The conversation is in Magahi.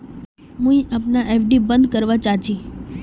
मुई अपना एफ.डी बंद करवा चहची